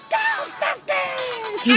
Ghostbusters